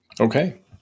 Okay